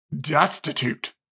destitute